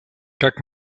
как